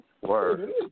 Word